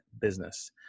business